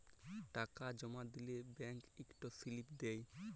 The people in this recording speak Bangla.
টাকা জমা দিলে ব্যাংক ইকট সিলিপ দেই